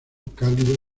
cálido